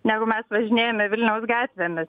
negu mes važinėjame vilniaus gatvėmis